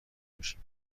بشیم